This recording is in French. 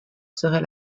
serait